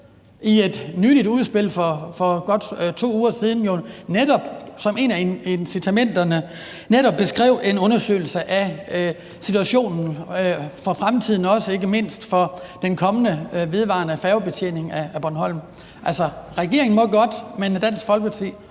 i et nyligt udspil for godt to uger siden som et af incitamenterne netop beskrev en undersøgelse af, hvordan situationen vil være i fremtiden, ikke mindst for den kommende vedvarende færgebetjening af Bornholm? Regeringen må godt, men Dansk Folkeparti